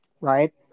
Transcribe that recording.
Right